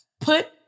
Put